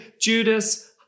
Judas